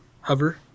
hover